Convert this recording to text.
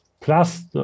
plus